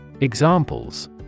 examples